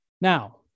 Now